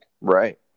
Right